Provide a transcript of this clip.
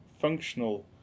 functional